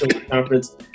conference